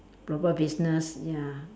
proper business yeah